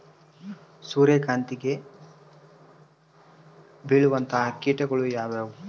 ಸೂರ್ಯಕಾಂತಿಗೆ ಬೇಳುವಂತಹ ಕೇಟಗಳು ಯಾವ್ಯಾವು?